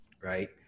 right